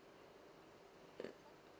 mm